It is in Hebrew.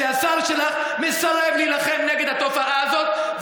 שהשר שלך מסרב להילחם נגד התופעה הזאת,